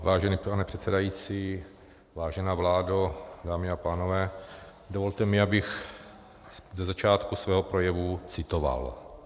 Vážený pane předsedající, vážená vládo, dámy a pánové, dovolte mi, abych ze začátku svého projevu citoval: